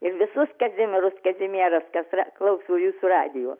ir visus kazimieru s kazimieras kas yra klauso jūsų radijo